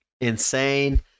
insane